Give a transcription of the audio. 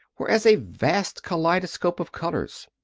were as a vast kaleidoscope of colours.